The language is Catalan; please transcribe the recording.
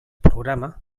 programa